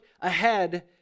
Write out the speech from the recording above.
ahead